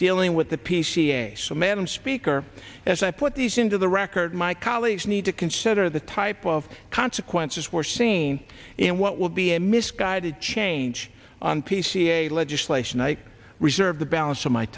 dealing with the p c a so madam speaker as i put these into the record my colleagues need to consider the type of consequences were seen and what will be a misguided change on pca legislation i reserve the balance of my